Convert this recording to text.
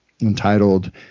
entitled